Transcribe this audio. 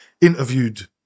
interviewed